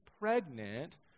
pregnant